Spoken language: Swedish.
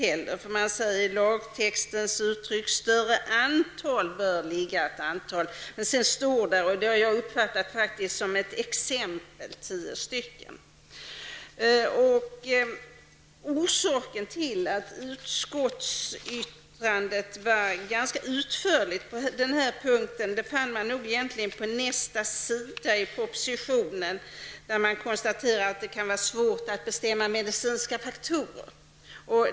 Det hänvisas till att det i lagtexten talas om ett ''större antal'', och vad som står om tio stycken sjukdomsfall har jag uppfattat som ett exempel. Orsaken till att utskottets yttrande var ganska utförligt på den här punkten står att finna på nästa sida i propositionen, där det konstateras att det kan vara svårt att bestämma medicinska faktorer.